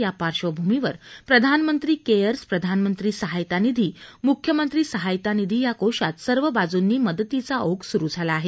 या पार्श्वभूमीवर प्रधानमंत्री केयर्स प्रधानमंत्री सहायता निधी मुख्यमंत्री सहायता निधी या कोशात सर्व बाजूंनी मदतीचा ओघ सुरु झाला आहे